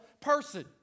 person